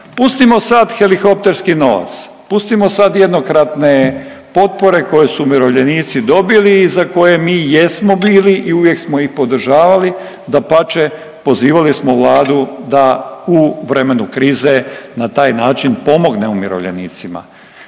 Pustimo sad helihopterski novac, pustimo sad jednokratne potpore koje su umirovljenici dobili i za koje mi jesmo bili i uvijek smo ih podržavali, dapače, pozivali smo Vladu da u vremenu krize na taj način pomognemo umirovljenicima.